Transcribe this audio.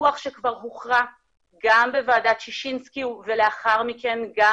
שכבר הוכרע גם בוועדת ששינסקי ולאחר מכן גם